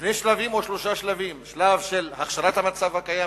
שני שלבים או שלושה שלבים: שלב של הכשרת המצב הקיים,